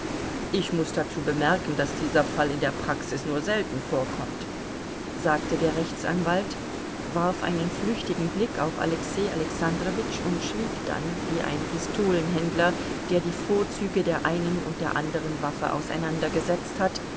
ich muß dazu bemerken daß dieser fall in der praxis nur selten vorkommt sagte der rechtsanwalt warf einen flüchtigen blick auf alexei alexandrowitsch und schwieg dann wie ein pistolenhändler der die vorzüge der einen und der anderen waffe auseinandergesetzt hat